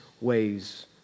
ways